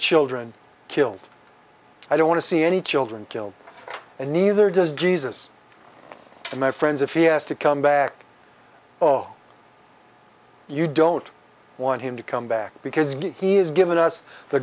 children killed i don't want to see any children killed and neither does jesus to my friends if he has to come back oh you don't want him to come back because he has given us the